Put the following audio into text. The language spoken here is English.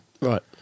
Right